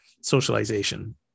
socialization